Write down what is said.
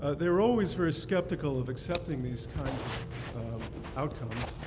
ah they were always very skeptical of accepting these kinds of outcomes